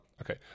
okay